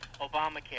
Obamacare